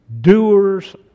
doers